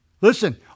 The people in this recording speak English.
Listen